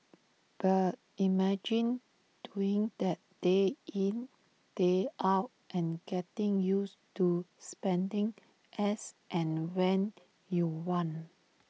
but imagine doing that day in day out and getting used to spending as and when you want